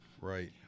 right